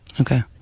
Okay